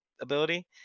ability